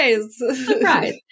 Surprise